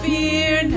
Fear